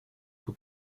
who